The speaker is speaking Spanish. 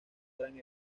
gran